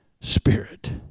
spirit